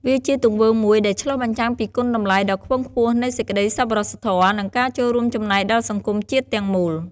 វាជាទង្វើមួយដែលឆ្លុះបញ្ចាំងពីគុណតម្លៃដ៏ខ្ពង់ខ្ពស់នៃសេចក្តីសប្បុរសធម៌ និងការរួមចំណែកដល់សង្គមជាតិទាំងមូល។